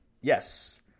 Yes